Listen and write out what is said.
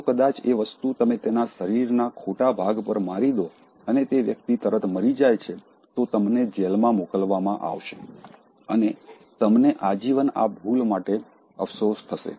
જો કદાચ તે વસ્તુ તમે તેના શરીરના ખોટા ભાગ પર મારી દો અને તે વ્યક્તિ તરત મરી જાય છે તો તમને જેલમાં મોકલવામાં આવશે અને તમને આજીવન આ ભૂલ માટે અફસોસ થશે